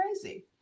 crazy